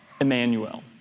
Emmanuel